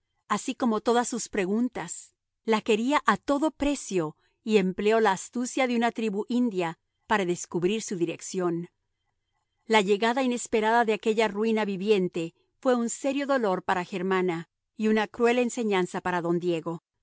así como todas sus preguntas la quería a todo precio y empleó la astucia de una tribu india para descubrir su dirección la llegada inesperada de aquella ruina viviente fue un serio dolor para germana y una cruel enseñanza para don diego